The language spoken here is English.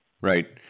Right